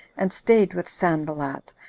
and staid with sanballat,